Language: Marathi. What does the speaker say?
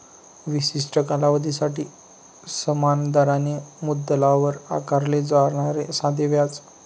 विशिष्ट कालावधीसाठी समान दराने मुद्दलावर आकारले जाणारे साधे व्याज